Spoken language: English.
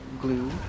glue